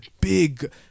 big